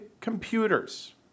computers